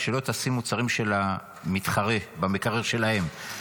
שלא תשים מוצרים של המתחרה במקרר שלהם.